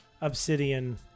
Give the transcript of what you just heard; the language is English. Obsidian